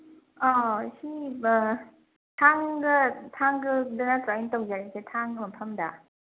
ꯁꯤ ꯊꯥꯡꯒꯗ ꯅꯠꯇ꯭ꯔꯥ ꯑꯩ ꯇꯧꯖꯔꯛꯏꯁꯦ ꯊꯥꯡꯒ ꯃꯐꯝꯗ